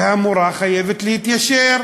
והמורה חייבת להתיישר.